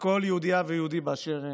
לכל יהודייה ויהודי באשר הם,